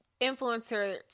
influencer